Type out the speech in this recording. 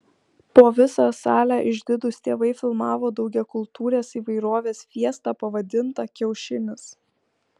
po visą salę išdidūs tėvai filmavo daugiakultūrės įvairovės fiestą pavadintą kiaušinis